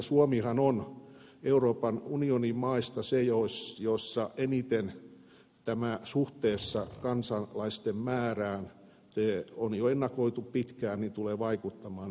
suomihan on euroopan unionin maista se jossa tämä eniten suhteessa kansalaisten määrään on jo ennakoitu pitkään tulee vaikuttamaan